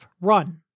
run